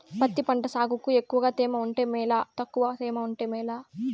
పత్తి పంట సాగుకు ఎక్కువగా తేమ ఉంటే మేలా తక్కువ తేమ ఉంటే మేలా?